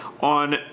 on